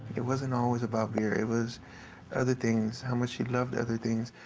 it wasn't always about beer. it was other things, how much she loved other things.